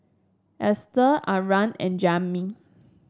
Ester Arah and Jami